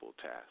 task